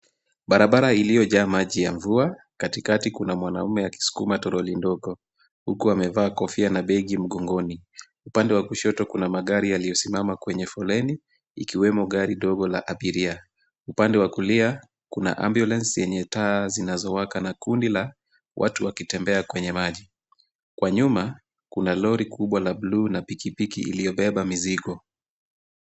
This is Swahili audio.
Barabara iliyojaa maji ya mvua, katikati kuna mwanamume akisukuma turoli ndogo, huku amevaa kofia na begi mgongoni. Upande wa kushoto kuna magari yaliyosimama kwenye foleni, ikiwemo gari dogo la abiria, upande wa kulia kuna ambulance yenye taa zinazowaka na kundi la watu wakitembea kwenye maji. Kwa nyuma, kuna lori kubwa la bluu na pikipiki iliyobeba mizigo.